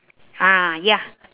ah ya